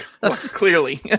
Clearly